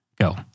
Go